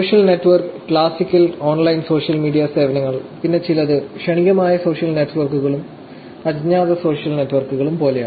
social network classical online social media സേവനങ്ങൾ പിന്നെ ചിലത് ക്ഷണികമായ സോഷ്യൽ നെറ്റ്വർക്കുകളും അജ്ഞാത സോഷ്യൽ നെറ്റ്വർക്കുകളും പോലെയാണ്